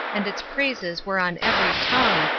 and its praises were on every tongue,